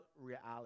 reality